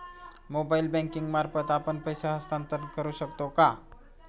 Mobile banking मार्फत आपण पैसे हस्तांतरण करू शकतो का?